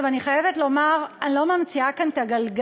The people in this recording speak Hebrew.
אני חייבת לומר, אני לא ממציאה כאן את הגלגל.